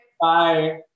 Bye